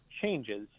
changes